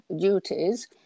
duties